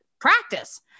practice